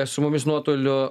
su mumis nuotoliu